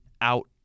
out